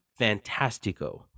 Fantastico